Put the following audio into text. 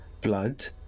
blood